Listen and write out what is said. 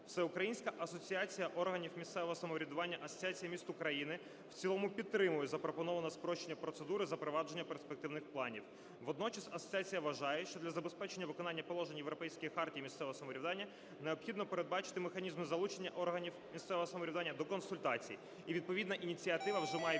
Всеукраїнська асоціація органів місцевого самоврядування, Асоціація міст України в цілому підтримують запропоноване спрощення процедури затвердження перспективних планів. Водночас асоціація вважає, що для забезпечення виконання положень Європейської хартії місцевого самоврядування необхідно передбачити механізми залучення органів місцевого самоврядування до консультацій, і відповідна ініціатива вже має відповідь